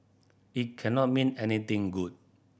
it cannot mean anything good